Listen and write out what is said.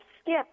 skip